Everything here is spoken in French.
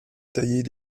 tailler